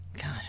god